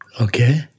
okay